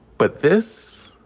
but this,